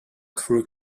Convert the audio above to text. crew